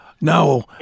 No